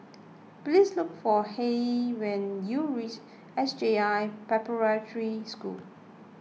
please look for Hayley when you reach S J I Preparatory School